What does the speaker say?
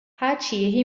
haciyeho